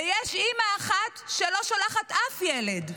ויש אימא אחת שלא שולחת אף ילד?